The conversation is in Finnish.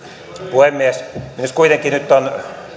puhemies